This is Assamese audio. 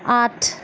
আঠ